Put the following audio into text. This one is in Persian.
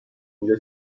اینجا